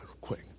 quick